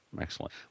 Excellent